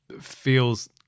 feels